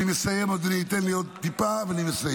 אני מסיים אדוני, תן לי עוד טיפה, ואני מסיים.